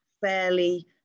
fairly